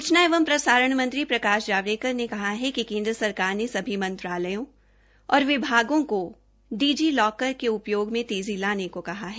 सूचना एवं प्रसारण मंत्री प्रकाश जवाड़ेकर ने कहा है कि केन्द्र सरकार ने मंत्रालयों और विभागों को डिजि लाकर के उपयोग में तेज़ी लाने सभी को कहा है